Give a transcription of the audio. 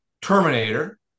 Terminator